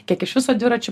kiek iš viso dviračiu